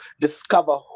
discover